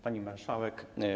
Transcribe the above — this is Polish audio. Pani Marszałek!